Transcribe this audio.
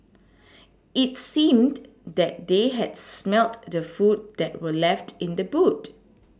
it seemed that they had smelt the food that were left in the boot